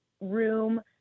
room